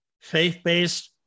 Faith-based